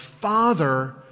father